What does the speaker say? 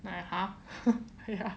I like !huh! ya